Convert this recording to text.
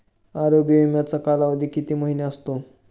आरोग्य विमाचा कालावधी किती महिने असतो?